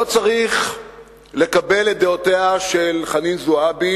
לא צריך לקבל את דעותיה של חנין זועבי